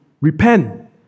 repent